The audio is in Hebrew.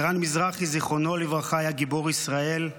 אלירן מזרחי, זיכרונו לברכה, היה גיבור ישראל.